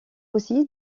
aussi